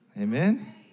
Amen